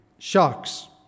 sharks